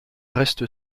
reste